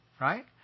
right